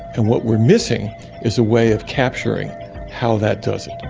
and what we're missing is a way of capturing how that does it.